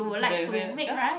then you say just